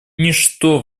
ничто